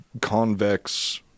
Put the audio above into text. convex